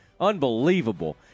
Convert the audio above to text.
Unbelievable